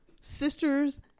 sisters